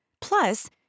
Plus